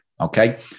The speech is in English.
okay